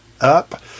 up